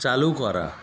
চালু করা